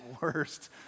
worst